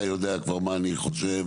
אתה יודע כבר מה אני חושב.